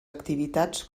activitats